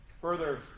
Further